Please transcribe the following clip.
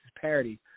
parody